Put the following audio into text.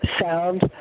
sound